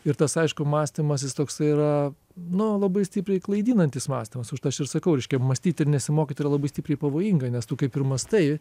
ir tas aišku mąstymas jis toksai yra nu labai stipriai klaidinantis mąstymas užtai aš ir sakau reiškia mąstyti ir nesimokyt yra labai stipriai pavojinga nes tu kaip ir mąstai